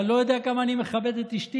אתה לא יודע, אדוני, כמה אני מכבד את אשתי.